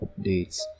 updates